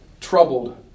Troubled